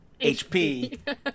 HP